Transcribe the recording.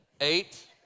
eight